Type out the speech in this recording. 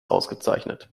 ausgezeichnet